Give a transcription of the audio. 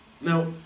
Now